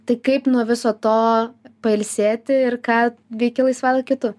tai kaip nuo viso to pailsėti ir ką veiki laisvalaikiu tu